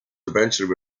eventually